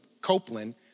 Copeland